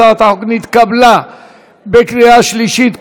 הצעת החוק נתקבלה בקריאה שלישית,